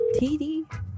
TD